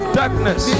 darkness